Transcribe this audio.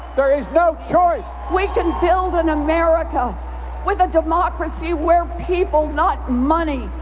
there is no choice we can build an america with a democracy where people, not money,